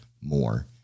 more